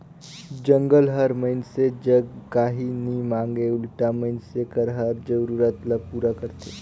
जंगल हर मइनसे जग काही नी मांगे उल्टा मइनसे कर हर जरूरत ल पूरा करथे